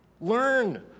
Learn